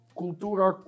cultura